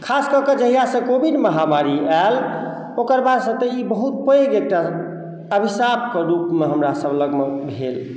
खास कऽ कऽ जहियासँ कोविड महामारी आयल ओकर बादसँ तऽ ई बहुत पैघ एकटा अभिशापके रूपमे हमरासभ लगमे भेल